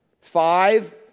Five